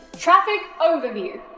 traffic overview.